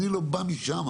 אני לא בא משם.